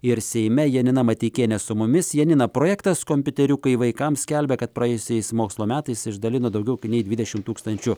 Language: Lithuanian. ir seime janina mateikienė su mumis janina projektas kompiuteriukai vaikams skelbia kad praėjusiais mokslo metais išdalino daugiau kai nei dvidešimt tūkstančių